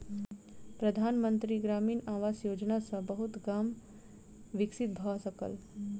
प्रधान मंत्री ग्रामीण आवास योजना सॅ बहुत गाम विकसित भअ सकल